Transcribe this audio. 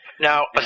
Now